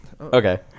Okay